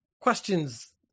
Questions